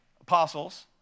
apostles